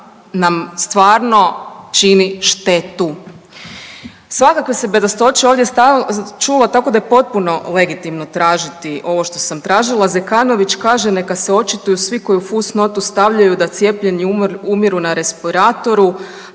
nam stvarno čini štetu. Svakakve se bedastoće ovdje čulo tako da je potpuno legitimno tražiti ovo što sam tražila. Zekanović kaže neka se očituju svi koji u fus notu stavljaju da cijepljeni umiru na respiratoru.